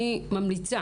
אני ממליצה